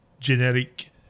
generic